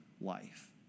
life